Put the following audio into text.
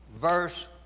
verse